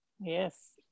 Yes